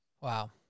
Wow